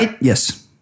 yes